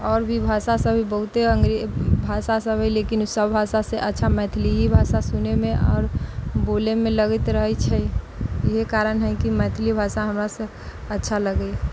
आओर भी भाषा सभ बहुते अंग्रेजी भाषा सभ है लेकिन सभ भाषा से अच्छा मैथिली ही सुनैमे आओर बोलेमे लगैत रहै छै इहै कारण है कि मैथिली भाषा हमरा सभके अच्छा लगैया